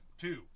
Two